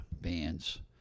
bands